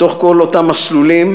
בתוך כל אותם מסלולים,